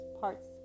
parts